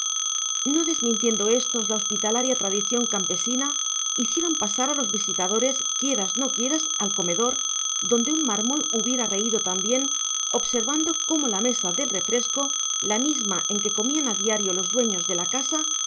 no desmintiendo éstos la hospitalaria tradición campesina hicieron pasar a los visitadores quieras no quieras al comedor donde un mármol se hubiera reído también observando cómo la mesa del refresco la misma en que comían a diario los dueños de casa